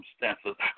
circumstances